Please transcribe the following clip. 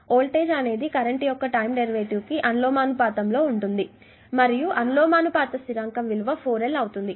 voltage అనేది current యొక్క time derivative కి అనులోమానుపాతం లో ఉంటుంది మరియు అనులోమానుపాత స్థిరాంకం విలువ 4L ఇక్కడ L 1 మిల్లీ హెన్రీ